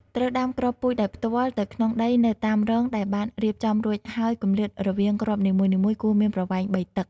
ត្រូវដាំគ្រាប់ពូជដោយផ្ទាល់ទៅក្នុងដីនៅតាមរងដែលបានរៀបចំរួចហើយគម្លាតរវាងគ្រាប់នីមួយៗគួរមានប្រវែង ៣ តឹក។